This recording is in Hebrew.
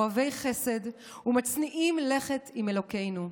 אוהבי חסד ומצניעים ללכת עם אלוקינו.